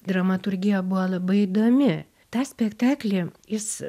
dramaturgija buvo labai įdomi tą spektaklį jis